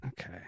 Okay